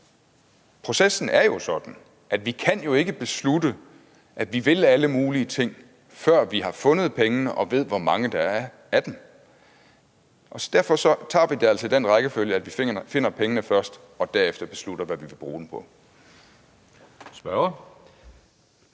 Processen er jo sådan, at vi jo ikke kan beslutte, at vi vil alle mulige ting, før vi har fundet pengene og ved, hvor mange der er af dem. Derfor tager vi det altså i den rækkefølge, at vi finder pengene først og derefter beslutter, hvad vi vil bruge dem på.